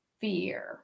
fear